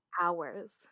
Hours